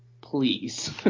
please